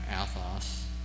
Athos